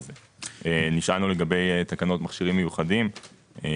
נשאלנו לגבי תקנות מכשירים מיוחדים.